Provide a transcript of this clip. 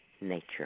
Nature